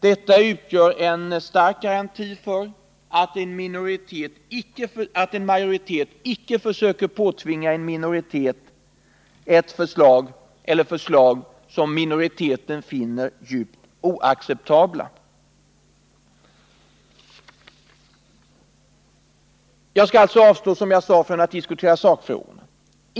Detta utgör en stark garanti för att en majoritet icke försöker påtvinga en minoritet förslag som minoriteten finner djupt oacceptabla. Jag skall alltså, som jag sade, avstå från att diskutera sakfrågorna.